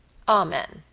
amen,